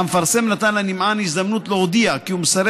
והמפרסם נתן לנמען הזדמנות להודיע כי הוא מסרב